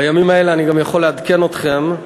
בימים האלה, אני גם יכול לעדכן אתכם,